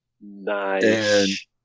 Nice